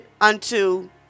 unto